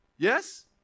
Yes